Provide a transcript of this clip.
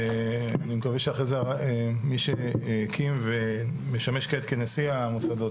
אני מקווה שאחרי זה מי שהקים ומשמש כעת כנשיא המוסדות,